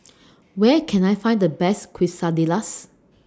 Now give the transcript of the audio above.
Where Can I Find The Best Quesadillas